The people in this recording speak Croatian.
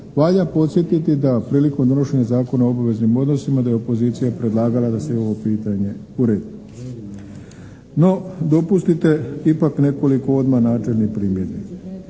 valja podsjetiti da prilikom donošenja Zakona o obaveznim odnosima da je opozicija predlagala da se i ovo pitanje uredi. No dopustite ipak nekoliko odmah načelnih primjedbi.